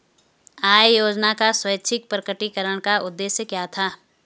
आय योजना का स्वैच्छिक प्रकटीकरण का उद्देश्य क्या था?